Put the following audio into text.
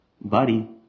Buddy